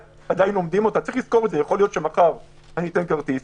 צריך לזכור יכול להיות שמחר יהיה כרטיס.